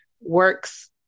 works